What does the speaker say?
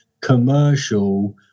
commercial